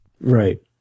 Right